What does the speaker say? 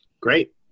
Great